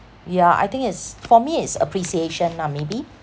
yeah I think it's for me is appreciation ah maybe